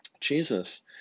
Jesus